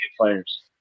players